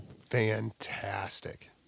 fantastic